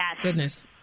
Goodness